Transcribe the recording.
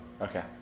Okay